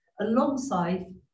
alongside